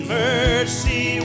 mercy